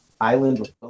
island